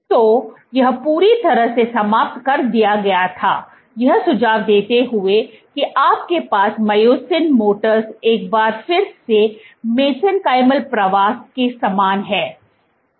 तो यह पूरी तरह से समाप्त कर दिया गया था यह सुझाव देते हुए कि आपके पास मायोसिन मोटर्स एक बार फिर से मेसेंकाईमल प्रवास के समान है